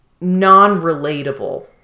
non-relatable